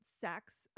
sex